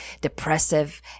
depressive